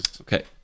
Okay